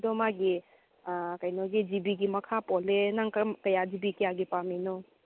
ꯑꯗꯣ ꯃꯥꯒꯤ ꯑꯥ ꯀꯩꯅꯣꯒꯤ ꯖꯤ ꯕꯤꯒꯤ ꯃꯈꯥ ꯄꯣꯜꯂꯦ ꯅꯪ ꯀꯔꯝ ꯖꯤ ꯕꯤ ꯀꯌꯥꯒꯤ ꯄꯥꯝꯂꯤꯅꯣ